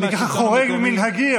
אני חורג ממנהגי,